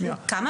כולנו עבריינים?